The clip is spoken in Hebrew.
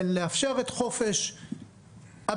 בין לאפשר את חופש הביטוי,